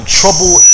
trouble